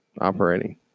operating